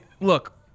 look